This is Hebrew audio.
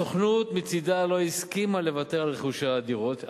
הסוכנות מצדה לא הסכימה לוותר על רכוש הדירות,